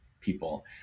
people